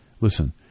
Listen